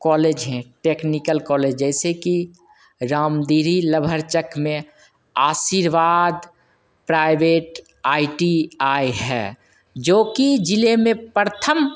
college है technical college है जैसे की रामधिरी लभर चक्र में आशीर्वाद प्राइवेट आई टी आई है जो कि जिले में प्रथम